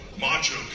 Macho